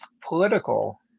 political